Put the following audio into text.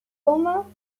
romains